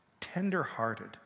Tender-hearted